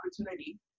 opportunity